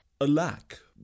Alack